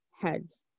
heads